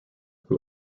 who